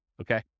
Okay